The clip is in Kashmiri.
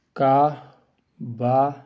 کاہ بہہ